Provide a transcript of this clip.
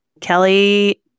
Kelly